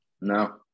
no